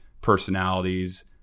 personalities